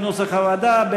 כנוסח הוועדה,